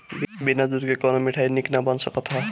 बिना दूध के कवनो मिठाई निक ना बन सकत हअ